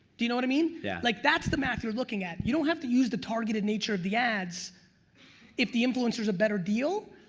do you know what i mean? yeah like that's the math you're looking at. you don't have to use the targeted nature of the ads if the influencers are a better deal,